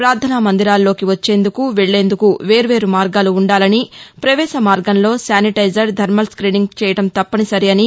ప్రార్ణన మందిరాల్లోకి వచ్చేందుకు వెక్లేందుకు వేర్వేరు మార్గాలు ఉండాలని ప్రవేశ మార్గంలో శానిటైజర్ థర్మల్ స్ట్రీనింగ్ చేయడం తప్పనిసరని